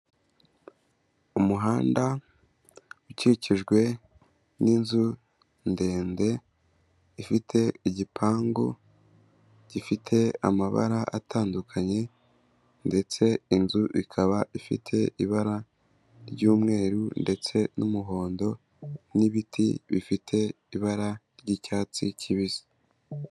Umuhanda ukikijwe n'inzu ndende ifite igipangu gifite amabara atandukanye ndetse inzu ikaba ifite ibara ry'umweru ndetse n'umuhondo n'ibiti bifite ibara ry'icyatsi kibisi.